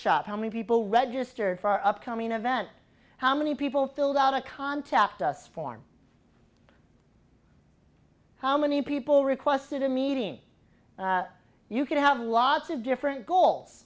shop how many people registered for upcoming event how many people filled out a contact us form how many people requested a meeting you could have lots of different goals